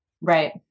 Right